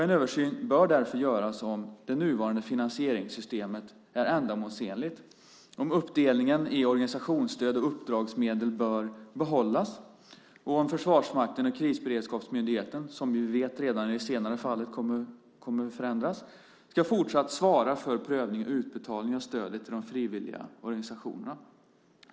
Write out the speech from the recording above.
En översyn bör därför göras om det nuvarande finansieringssystemet är ändamålsenligt, om uppdelningen i organisationsstöd och uppdragsmedel bör behållas och om Försvarsmakten och Krisberedskapsmyndigheten, som vi i det senare fallet vet kommer att förändras, ska fortsatt svara för prövning och utbetalning av stödet till de frivilliga organisationerna.